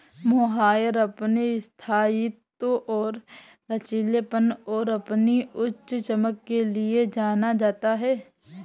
mohair अपने स्थायित्व और लचीलेपन और अपनी उच्च चमक के लिए जाना जाता है